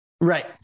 Right